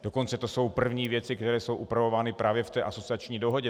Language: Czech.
Dokonce to jsou první věci, které jsou upravovány právě v té asociační dohodě.